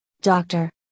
doctor